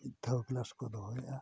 ᱢᱤᱫ ᱫᱷᱟᱣ ᱠᱞᱟᱥ ᱠᱚ ᱫᱚᱦᱚᱭᱮᱜᱼᱟ